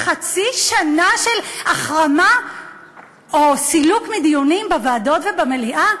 חצי שנה של החרמה או סילוק מהדיונים בוועדות ובמליאה?